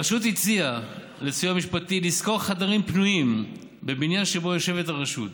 הרשות הציעה לסיוע המשפטי לשכור חדרים פנויים בבניין שבו יושבת הרשות,